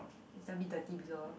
is a bit dirty below